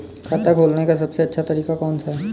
खाता खोलने का सबसे अच्छा तरीका कौन सा है?